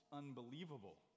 unbelievable